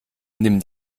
nimm